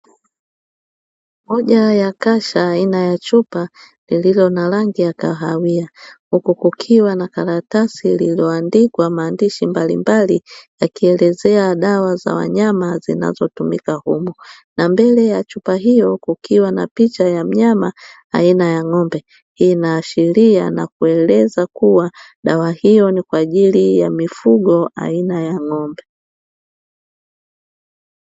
Moja ya kasha aina ya chupa lililo na rangi ya kahawia, huku kukiwa na karatasi lililoandikwa maandishi mbalimbali yakielezea dawa za wanyama zinazotumika humo. Na mbele ya chupa hiyo kukiwa na picha ya mnyama aina ya ng'ombe. Hii inaashiria na kueleza kuwa dawa hiyo ni kwa ajili ya mifugo aina ya ng'ombe.